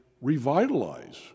revitalize